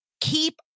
Keep